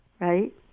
Right